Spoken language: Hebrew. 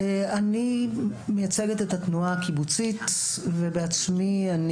אני מייצגת את התנועה הקיבוצית ובעצמי אני